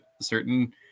certain